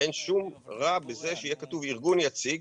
אין שום רע בזה שיהיה כתוב ארגון יציג,